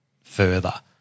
further